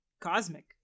cosmic